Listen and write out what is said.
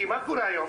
מה קורה היום?